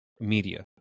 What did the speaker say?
media